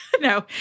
No